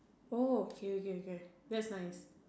oh okay okay that that's nice